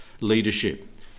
leadership